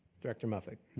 director muffick.